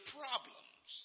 problems